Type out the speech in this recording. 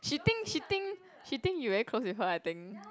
she think she think she think you very close with her I think